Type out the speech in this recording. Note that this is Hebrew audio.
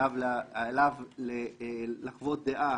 עליו לחוות דעה